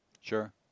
Sure